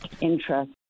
interest